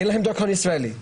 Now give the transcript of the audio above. אין להם דרכון ישראלי.